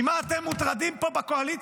ממה אתם מוטרדים פה בקואליציה?